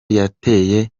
yateye